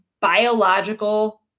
biological